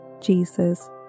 Jesus